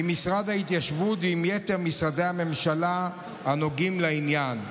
עם משרד ההתיישבות ועם יתר משרדי הממשלה הנוגעים לעניין.